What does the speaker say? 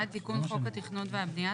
21. תיקון חוק התכנון והבנייה.